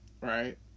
right